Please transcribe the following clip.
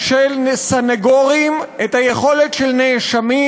של סנגורים, את היכולת של נאשמים,